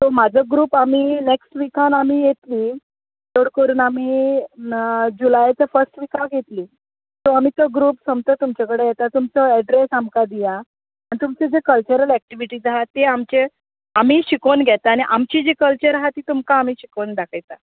so म्हजो group आमी next विकान येतली चड करून आमी जुलायाच्या फस्ट विकाक येतली सो आमचो ग्रुप सोमतो तुमचे कडेन येता तुमचो एड्रेस आमकां दियात आनी तुमची जी कल्चरल एक्टीविटी आसा ते आमचें आमी शिकोवन घेता आमची जी आमचो जो कल्चर तो तुमका आमी शिकोवन दाखयता